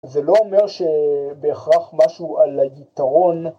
זה לא אומר שבהכרח משהו על היתרון